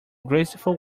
graceful